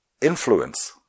influence